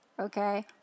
okay